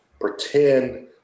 pretend